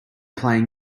playing